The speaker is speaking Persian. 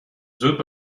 زود